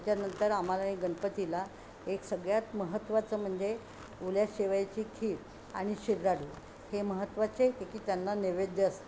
त्याच्यानंतर आम्हाला गणपतीला एक सगळ्यात महत्त्वाचं म्हणजे ओल्या शेवयाची खीर आणि शेदाडी हे महत्त्वाचे क की त्यांना नैवेद्य असतात